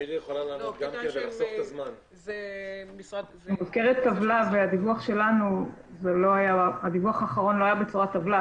כאן יש --- שלא תמיד הדיווחים מתייחסים לאותם זמנים מדויקים.